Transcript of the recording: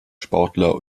sportler